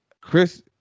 Chris